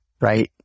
right